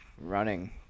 running